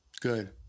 good